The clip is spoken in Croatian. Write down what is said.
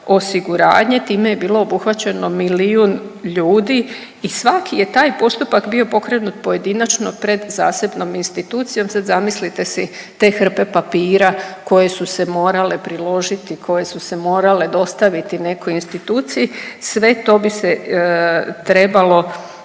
osiguranje, time je bilo obuhvaćeno milijun ljudi i svaki je taj postupak bio pokrenut pojedinačno pred zasebnom institucijom. Sad zamislite si te hrpe papira koje su se morale priložiti, koje su se morale dostaviti nekoj instituciji, sve to bi se trebalo